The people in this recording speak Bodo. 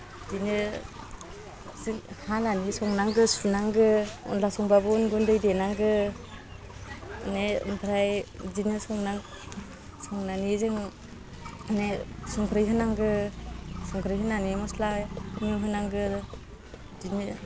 बिदिनो जों हानानै संनांगौ सुनांगौ अनला संबाबो अन गुन्दै देनांगौ माने ओमफ्राय बिदिनो संना संनानै जों माने संख्रि होनांगौ संख्रि होनानै मस्ला होनांगौ बिदिनो